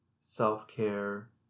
self-care